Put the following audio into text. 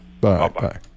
Bye-bye